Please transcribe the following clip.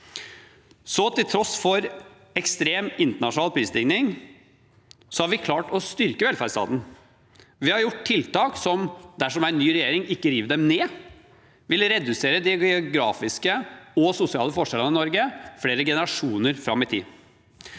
Til tross for ekstrem internasjonal prisstigning har vi klart å styrke velferdsstaten. Vi har gjort tiltak som, dersom en ny regjering ikke river dem ned, vil redusere de geografiske og sosiale forskjellene i Norge flere generasjoner fram i tid.